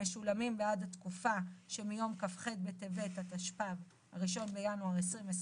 המשולמים בעד התקופה שמיום כ"ח בטבת התשפ"ב (1 בינואר 2022)